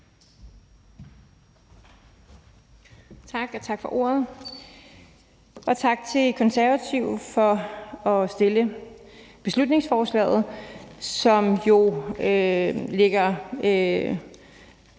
(S): Tak for ordet, og tak til Konservative for at fremsætte beslutningsforslaget, som jo ligger